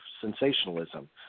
sensationalism